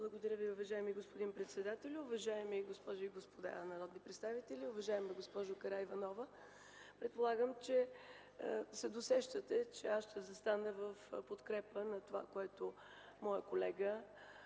Благодаря Ви, уважаеми господин председателю. Уважаеми госпожи и господа народни представители, уважаема госпожо Караиванова! Предполагам се досещате, че заставам в подкрепа на това, което предлага